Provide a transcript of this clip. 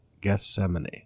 Gethsemane